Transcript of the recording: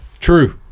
true